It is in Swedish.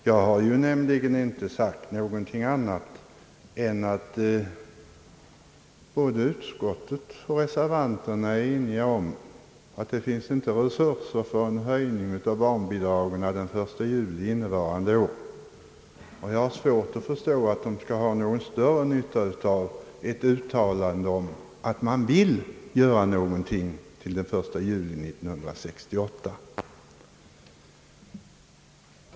Jag har inte sagt något annat än att både utskottet och reservanterna är eniga om att det inte finns resurser för en höjning av barnbidragen den 1 juli innevarande år, och jag har svårt att förstå att barnfamiljerna kan ha någon nytta av ett uttalande att man vill göra något till den 1 juli 1968.